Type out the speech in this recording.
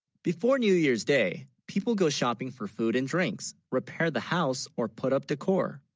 before new, year's day, people go shopping for food and drinks repair the house or put up decor